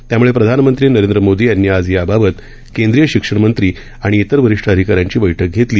त्यामुळे प्रधानमंत्री नरेंद्र मोदी यांनी आज याबाबत केंद्रीय शिक्षण मंत्री आणि इतर वरिष्ठ अधिकाऱ्यांची बैठक घेतली